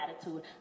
attitude